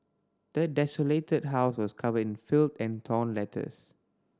the desolated house was covered in filth and torn letters